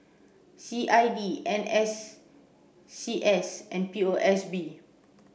C I D N S C S and P O S B